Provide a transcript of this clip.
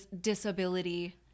disability